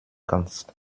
kannst